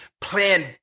plan